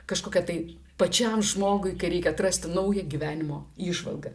kažkokią tai pačiam žmogui kai reikia atrasti naują gyvenimo įžvalgą